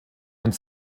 und